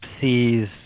sees